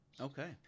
Okay